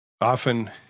often